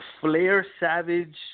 Flair-Savage